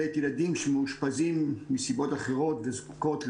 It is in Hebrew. שנית, ילדים שמאושפזים מסיבות אחרות וזקוקים